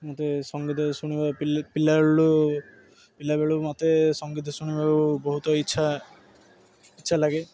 ମୋତେ ସଙ୍ଗୀତ ଶୁଣିବା ପିଲାବେଳଠୁ ପିଲାବେଳୁ ମୋତେ ସଙ୍ଗୀତ ଶୁଣିବାକୁ ବହୁତ ଇଚ୍ଛା ଇଚ୍ଛା ଲାଗେ